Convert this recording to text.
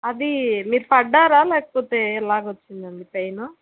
అది మీరు పడ్డారా లేకపోతే ఎలాగా వచ్చిందండి పెయిను